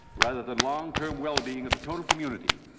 rather than long-term well-being of the total community,